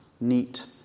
neat